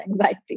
anxiety